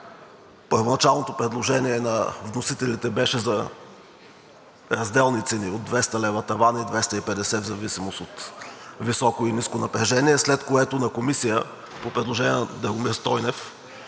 Първоначалното предложение на вносителите беше за разделни цени от 200 лв. таван и 250 лв. в зависимост от високо и ниско напрежение, след което в Комисията по предложение на Драгомир Стойнев